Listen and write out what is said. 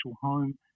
home